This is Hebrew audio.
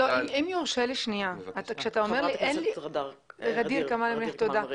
אם יורשה לי -- חברת הכנסת ע'דיר כמאל מריח,